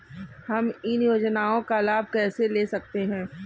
हम इन योजनाओं का लाभ कैसे ले सकते हैं?